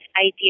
idea